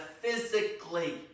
physically